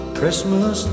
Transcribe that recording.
Christmas